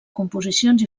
composicions